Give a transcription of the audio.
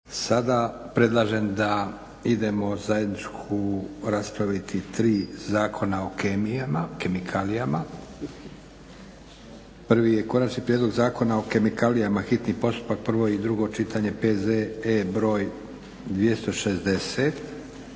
Sada predlažem da idemo zajednički raspraviti tri zakona o kemikalijama. - Konačni prijedlog zakona o kemikalijama, hitni postupak, prvo i drugo čitanje, PZE br. 260,